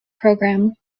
programme